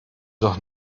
doch